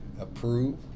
approve